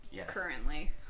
currently